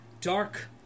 dark